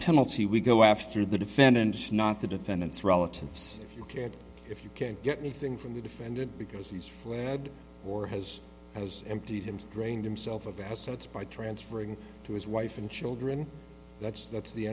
penalty we go after the defendant not the defendant's relatives care if you can't get anything from the defendant because he's fled or has has emptied and drained himself of assets by transferring to his wife and children that's that's the